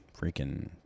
freaking